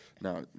Now